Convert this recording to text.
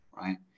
Right